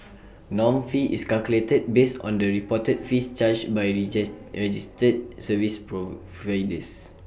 norm fee is calculated based on the reported fees charged by registered service providers